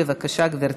בבקשה, גברתי.